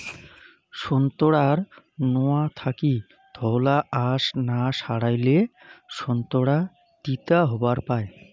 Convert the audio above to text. সোন্তোরার নোয়া থাকি ধওলা আশ না সারাইলে সোন্তোরা তিতা হবার পায়